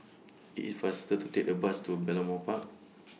IT IS faster to Take The Bus to Balmoral Park